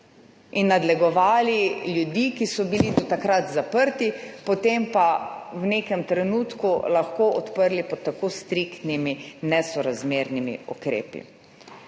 in nadlegovali ljudi, ki so bili do takrat zaprti, potem pa so v nekem trenutku lahko odprli pod tako striktnimi, nesorazmernimi ukrepi.